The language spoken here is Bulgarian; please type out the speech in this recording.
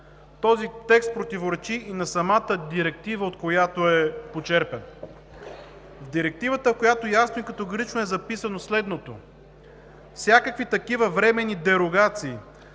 Този текст противоречи и на самата директива, от която е почерпен, Директивата, в която ясно и категорично е записано следното: „Всякакви такива временни дерогации